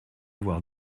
voir